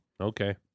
Okay